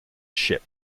ship